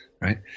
right